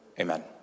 Amen